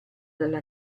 dalla